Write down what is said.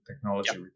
technology